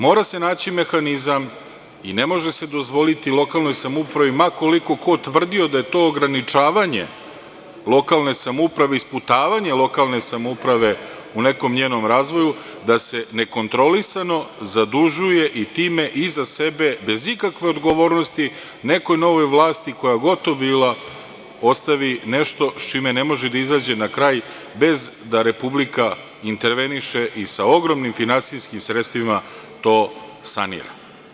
Mora se naći mehanizam i ne može se dozvoliti lokalnoj samoupravi, ma koliko ko tvrdio da je to ograničavanje lokalne samouprave i sputavanje lokalne samouprave u nekom njenom razvoju, da se nekontrolisano zadužuje i time iza sebe, bez ikakve odgovornosti, nekoj novoj vlasti, koja god to bila, ostavi nešto s čime ne može da izađe na kraj bez da Republika interveniše i sa ogromnim finansijskim sredstvima to sanira.